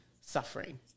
suffering